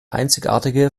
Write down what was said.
einzigartige